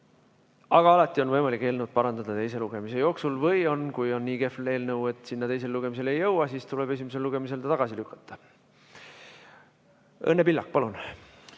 Aga alati on võimalik eelnõu parandada teise lugemise jooksul või kui on nii kehv eelnõu, et teisele lugemisele ei jõua, siis tuleb ta esimesel lugemisel tagasi lükata. Õnne Pillak, palun!